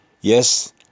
Yes